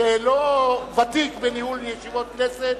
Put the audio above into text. שאינו ותיק בניהול ישיבות כנסת,